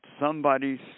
somebody's